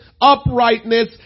uprightness